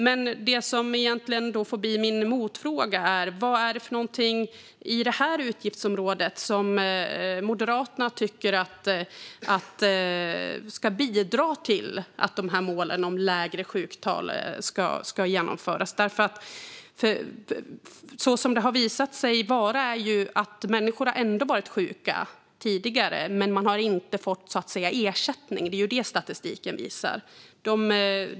Men det som får bli min motfråga är: Vad är det i detta utgiftsområde som Moderaterna menar ska bidra till att målen om lägre sjuktal ska bli verklighet? Det har nämligen visat sig att människor har varit sjuka tidigare men bara inte fått ersättning. Det är ju det statistiken visar.